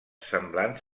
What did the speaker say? semblant